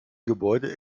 gebäude